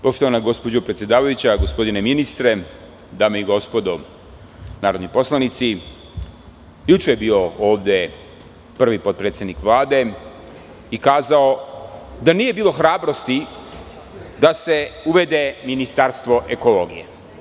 Poštovana gospođo predsedavajuća, gospodine ministre, dame i gospodo narodni poslanici juče je bio ovde prvi potpredsednik Vlade i kazao da nije bilo hrabrosti da se uvede Ministarstvo ekologije.